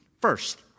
First